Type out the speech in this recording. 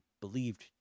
believed